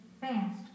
fast